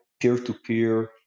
peer-to-peer